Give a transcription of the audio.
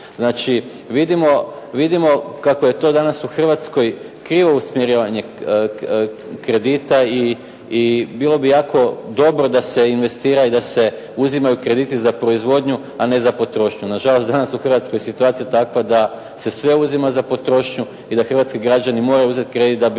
vidimo, vidimo kako je to danas u Hrvatskoj krivo usmjerivanje kredita i bilo bi jako dobro da se investira i da se uzimaju krediti za proizvodnju a ne za potrošnju. Nažalost danas u Hrvatskoj je situacija takva da se sve uzima za potrošnju i da hrvatski građani moraju uzeti kredit da bi